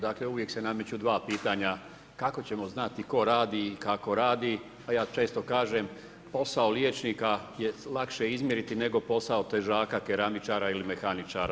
Dakle, uvijek se nameću dva pitanja, kako ćemo znati tko radi i kako radi, pa ja često kažem, posao liječnika je lakše izmjeriti, nego posao težaka, keramičara ili mehaničara.